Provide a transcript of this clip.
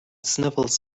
sniffles